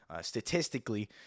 Statistically